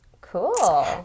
Cool